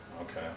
Okay